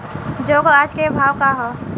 जौ क आज के भाव का ह?